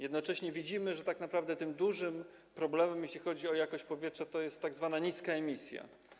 Jednocześnie widzimy, że tak naprawdę tym dużym problemem, jeśli chodzi o jakość powietrza, jest tzw. niska emisja.